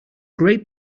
great